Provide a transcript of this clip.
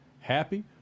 happy